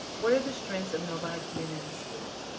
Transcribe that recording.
what are the strengths of novi community schools.